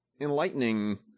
enlightening